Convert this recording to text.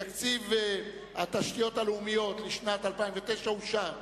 תקציב התשתיות הלאומיות לשנת 2009 אושר.